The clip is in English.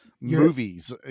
Movies